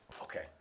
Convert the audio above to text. Okay